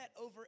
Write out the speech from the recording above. over